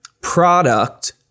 product